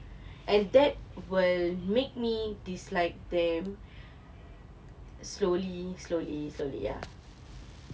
and that will make me dislike them